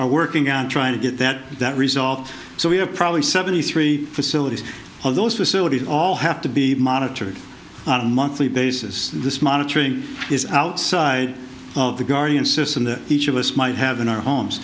are working on trying to get that that resolved so we have probably seventy three facilities all those facilities all have to be monitored on a monthly basis this monitoring is outside of the guardian system that each of us might have in our homes